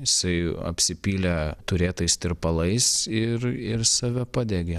jisai apsipylė turėtais tirpalais ir ir save padegė